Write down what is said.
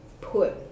put